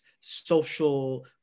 social